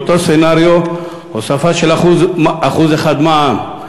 באותו סצנריו: הוספה של 1% מע"מ,